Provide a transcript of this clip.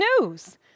news